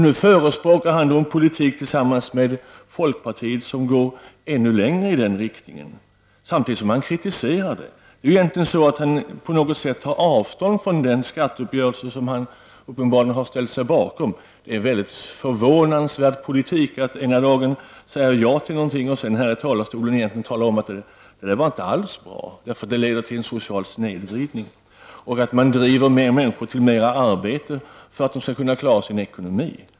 Nu förespråkar han en politik tillsammans med folkpartiet som går ännu längre i den riktningen samtidigt som han kritiserar den. På något sätt tar han avstånd från den skatteuppgörelse som han uppenbarligen har ställt sig bakom. Det är en förvånansvärd politik att ena dagen säga ja till något och sedan i talarstolen säga att detta inte alls var bra och att det leder till social snedvridning och att människor får arbeta mer för att kunna klara ekonomin.